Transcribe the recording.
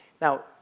Now